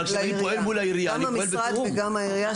גם המשרד וגם העירייה,